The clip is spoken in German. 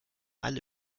alle